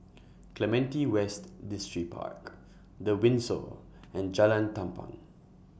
Clementi West Distripark The Windsor and Jalan Tampang